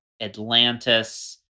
atlantis